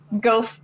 go